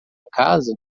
casa